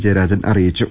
ജയരാജൻ അറിയിച്ചു